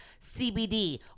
CBD